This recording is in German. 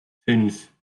fünf